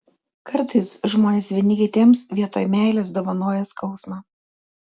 kartais žmonės vieni kitiems vietoj meilės dovanoja skausmą